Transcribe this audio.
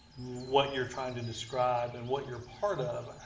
what you're trying to describe and what you're part of,